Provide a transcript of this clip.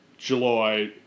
July